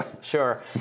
Sure